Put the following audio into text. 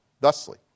thusly